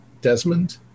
Desmond